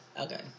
Okay